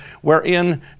wherein